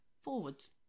forwards